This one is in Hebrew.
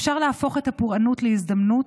אפשר להפוך את הפורענות להזדמנות,